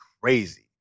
crazy